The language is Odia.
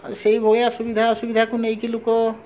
ସେଇଭଳିଆ ସୁବିଧା ଅସୁବିଧାକୁ ନେଇକି ଲୁକ